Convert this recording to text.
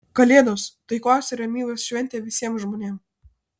kalėdos taikos ir ramybės šventė visiem žmonėm